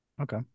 Okay